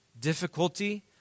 difficulty